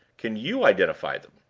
can you identify them?